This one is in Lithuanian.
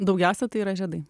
daugiausia tai yra žiedai